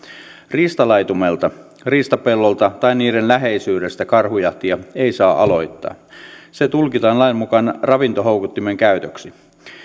riistalaitumelta riistapellolta tai niiden läheisyydestä karhujahtia ei saa aloittaa se tulkitaan lain mukaan ravintohoukuttimen käytöksi